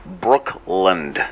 Brooklyn